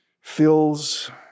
fills